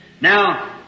Now